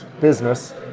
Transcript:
business